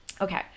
Okay